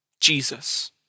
Jesus